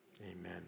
Amen